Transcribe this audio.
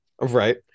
right